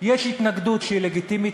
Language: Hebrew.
יש התנגדות שהיא לגיטימית,